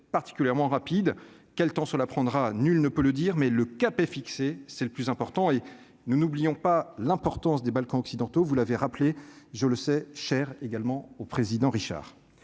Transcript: particulièrement rapide quel temps sur la prendra, nul ne peut le dire, mais le cap est fixé, c'est le plus important, et nous n'oublions pas l'importance des Balkans occidentaux, vous l'avez rappelé, je le sais, chère également au président Richard